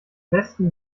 besten